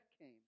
came